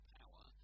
power